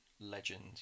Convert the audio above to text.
Legend